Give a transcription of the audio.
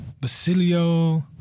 Basilio